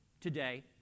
today